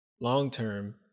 long-term